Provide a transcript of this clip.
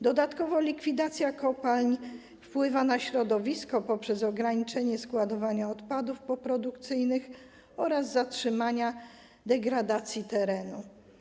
Dodatkowo likwidacja kopalń wpływa na środowisko poprzez ograniczenie składowania odpadów poprodukcyjnych oraz zatrzymanie degradacji terenu.